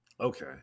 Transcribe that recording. okay